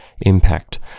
impact